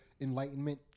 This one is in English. enlightenment